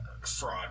fraud